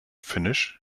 finnisch